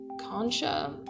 Concha